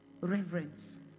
reverence